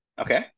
Okay